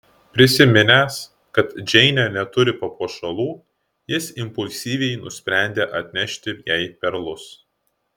prisiminęs kad džeinė neturi papuošalų jis impulsyviai nusprendė atnešti jai perlus